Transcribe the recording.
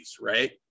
right